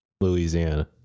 Louisiana